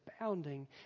abounding